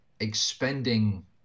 expending